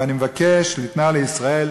ואני מבקש ליתנה לישראל,